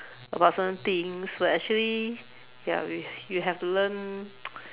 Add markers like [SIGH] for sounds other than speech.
about certain things but actually ya we we have to learn [NOISE]